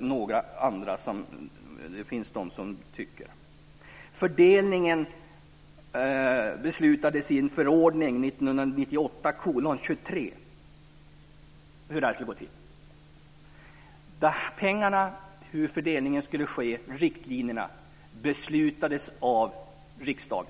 några andra, vilket somliga tycker. Hur fördelningen skulle gå till beslutades i förordning - allt beslutades av riksdagen.